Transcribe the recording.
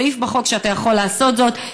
יש סעיף בחוק שאתה יכול לעשות זאת,